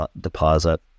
deposit